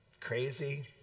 crazy